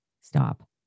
Stop